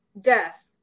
death